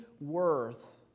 worth